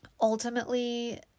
ultimately